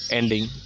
ending